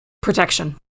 protection